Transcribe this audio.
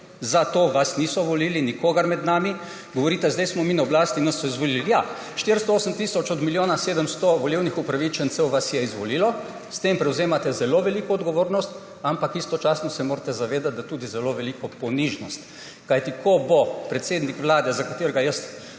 Za to vas niso volili, nikogar med nami. Govorite, zdaj smo mi na oblasti, nas so izvolili – ja, 408 tisoč od 1 milijona 700 volilnih upravičencev vas je izvolilo. S tem prevzemate zelo veliko odgovornost, ampak istočasno se morate zavedati, da tudi zelo veliko ponižnost. Kajti ko bo predsednik Vlade, za katerega jaz